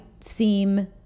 seem